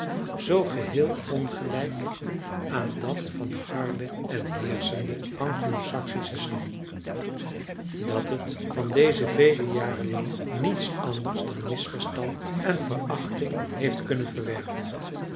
zoo geheel ongelijk aan dat van den harden en heerschenden anglo saksischen stam dat het van dezen vele jaren lang niets anders dan misverstand en verachting heeft kunnen verwerven